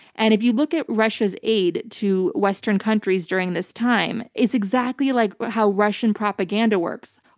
and if you look at russia's aid to western countries during this time, it's exactly like how russian propaganda works.